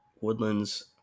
Woodlands